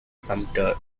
sumter